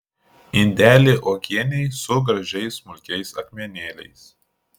indelį uogienei su gražiais smulkiais akmenėliais